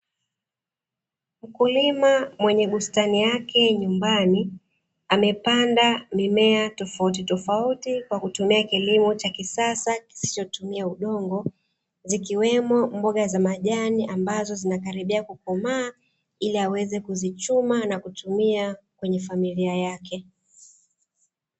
Mkulima mwenye bustani yake nyumbani, amepanda mimea tofautitofauti, kwa kutumia kilimo cha kisasa kinachotumia udongo, zikiwemo mboga za majani ambazo zinakaribia kukomaa ili aweze kuzichuma na kuzitumia kwenye familia yake.